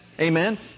Amen